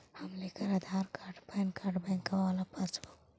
हम लेकर Aadhaar card PAN card बैंकवा वाला पासबुक?